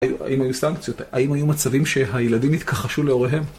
אם היו סנקציות, האם היו מצבים שהילדים התכחשו להוריהם?